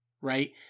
right